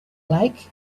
lake